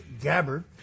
Gabbard